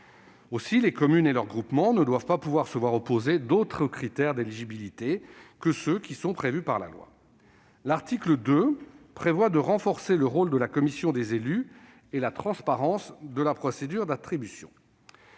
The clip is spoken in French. Aussi, les communes et leur groupement ne doivent pas pouvoir se voir opposer d'autres critères d'éligibilité à la DETR que ceux qui sont déjà prévus par la loi. L'article 2 tend à renforcer le rôle de la commission des élus et la transparence de la procédure d'attribution.